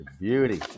beauty